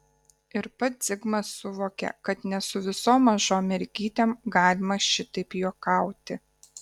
ir pats zigmas suvokė kad ne su visom mažom mergytėm galima šitaip juokauti